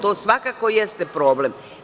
To svakako jeste problem.